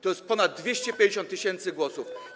To jest ponad 250 tys. głosów.